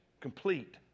Complete